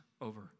over